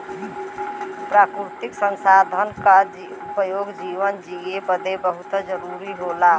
प्राकृतिक संसाधन क उपयोग जीवन जिए बदे बहुत जरुरी होला